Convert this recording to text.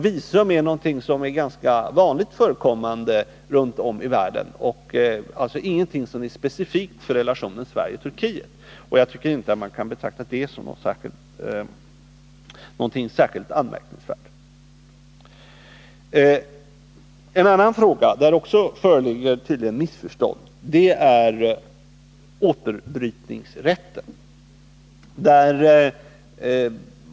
Visum är alltså något som är ganska vanligt förekommande runt om i världen och ingenting som är specifikt för relationen Sverige-Turkiet. Jag tycker inte att man kan betrakta det som särskilt anmärkningsvärt. En annan fråga, där det tydligen också föreligger missförstånd, är återbrytningsrätten.